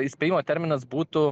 įspėjimo terminas būtų